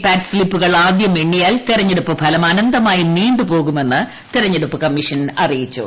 പാറ്റ് സ്ലിപ്പുകൾ ആദ്യം എണ്ണിയാൽ തെരഞ്ഞെടുപ്പ് ഫലം അനന്തമായി നീണ്ടുപോകുമെന്ന് തെരഞ്ഞെടുപ്പ് കമ്മീഷൻ അറിയിച്ചു